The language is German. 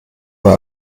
war